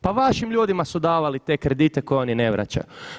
Pa vašim ljudima su davali te kredite koje oni ne vraćaju.